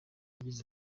yagize